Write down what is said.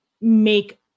make